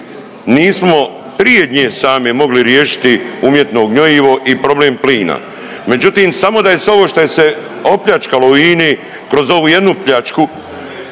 nismo prije nje same mogli riješiti umjetno gnjojivo i problem plina. Međutim, samo da je se ovo što je se opljačkalo u INA-i kroz ovu jednu pljačku